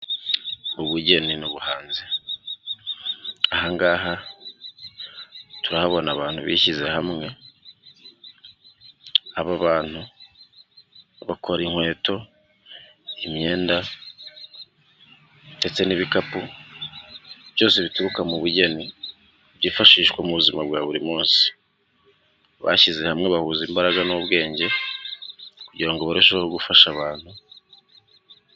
Ubugeni n'ubuhanzi. Ahangaha turahabona abantu bishyize hamwe, aba bantu bakora inkweto, imyenda ndetse n'ibikapu byose bituruka mu bugeni byifashishwa mu buzima bwa buri munsi. Bishyize hamwe bahuza imbaraga n'ubwenge kugira ngo barusheho gufasha abantu.